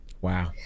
Wow